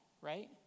right